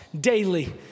daily